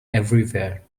everywhere